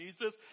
Jesus